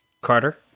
Carter